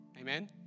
Amen